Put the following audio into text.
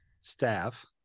staff